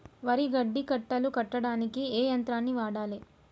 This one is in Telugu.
వరి గడ్డి కట్టలు కట్టడానికి ఏ యంత్రాన్ని వాడాలే?